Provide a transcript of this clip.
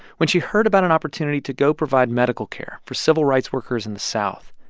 when she heard about an opportunity to go provide medical care for civil rights workers in the south,